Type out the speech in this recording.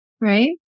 right